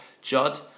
Judd